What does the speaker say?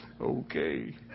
okay